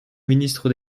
ministre